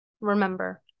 remember